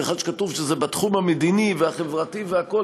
במיוחד שכתוב שזה בתחום המדיני והחברתי והכול,